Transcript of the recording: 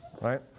right